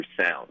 sound